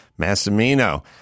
Massimino